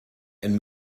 and